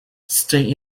stay